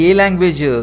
language